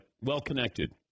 well-connected